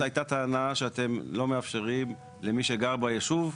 הייתה הטענה שאתם לא מאפשרים למי שגר ביישוב,